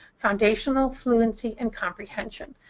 foundational, fluency, and comprehension.